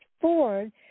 Ford